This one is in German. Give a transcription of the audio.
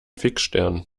fixstern